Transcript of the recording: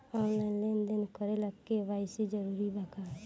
Online लेन देन करे ला के.वाइ.सी जरूरी बा का?